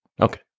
Okay